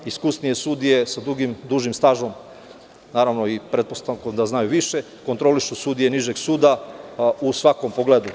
Iskusnije sudije sa dužim stažom, i pretpostavkom da znaju više, kontrolišu sudije nižeg suda u svakom pogledu.